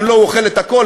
ואם לא הוא אוכל את הכול,